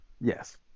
Yes